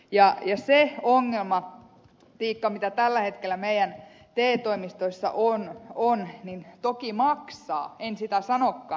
ja se ongelmatiikka mitä tällä hetkellä meidän te toimistoissa on toki maksaa en sitä sanokaan